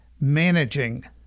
managing